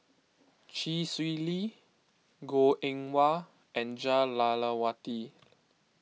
Chee Swee Lee Goh Eng Wah and Jah Lelawati